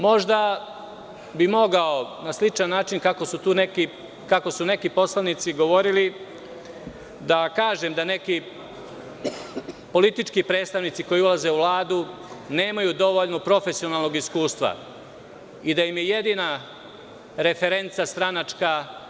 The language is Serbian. Možda bi mogao na sličan način, kako su neki poslanici govorili, da kažem da neki politički predstavnici koji ulaze u Vladu nemaju dovoljno profesionalnog iskustva i da im je jedina referenca stranačka biografija.